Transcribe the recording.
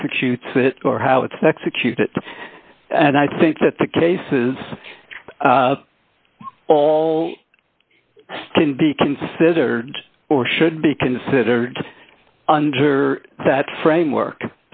executes it or how it's executed and i think that the cases all can be considered or should be considered under that framework